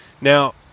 Now